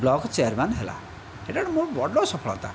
block chairman ହେଲା ଏଇଟା ଗୋଟିଏ ମୋର ବଡ଼ ସଫଳତା